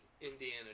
Indiana